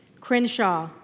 Crenshaw